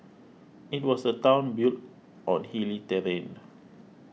it was a town built on hilly terrain